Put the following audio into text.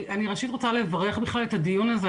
אני ראשית רוצה לברך את הדיון הזה,